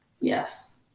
Yes